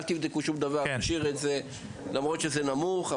אל תבדקו שום דבר, תשאיר את זה למרות שזה נמוך.